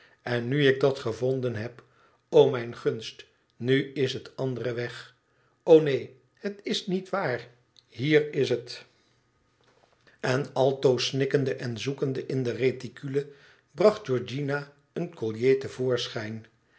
èn nu ik dat gevonden heb o mijn gunst nu is het andere weg o neen het is niet waar hier is het i en altoos snikkende en zoekende in de reticule bracht georgiana een collier